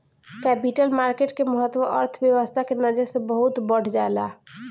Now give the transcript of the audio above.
capital market के महत्त्व अर्थव्यस्था के नजर से बहुत बढ़ जाला